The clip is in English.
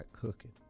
cooking